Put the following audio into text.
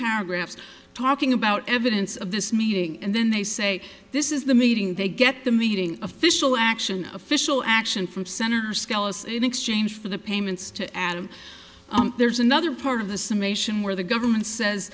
paragraphs talking about evidence of this meeting and then they say this is the meeting they get the meeting official action of official action from senator skelos in exchange for the payments to adam there's another part of the summation where the government says